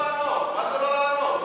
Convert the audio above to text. מה זה לא לענות?